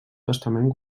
testament